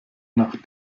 nach